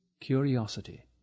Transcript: curiosity